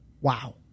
Wow